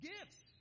Gifts